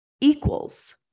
equals